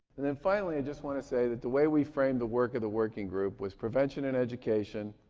and then finally, i just want to say that the way we framed the work of the working group was prevention and education,